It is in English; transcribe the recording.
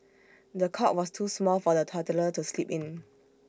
the cot was too small for the toddler to sleep in